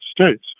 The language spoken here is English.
States